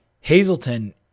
Hazleton